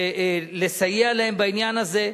לסייע להם בעניין הזה.